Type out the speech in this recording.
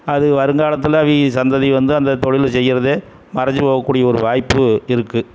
அது வருங்காலத்தில் அவிங்க சந்ததி வந்து அந்த தொழிலை செய்கிறதே மறைஞ்சிப் போகக்கூடிய ஒரு வாய்ப்பு இருக்குது